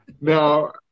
Now